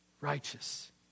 Righteous